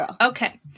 okay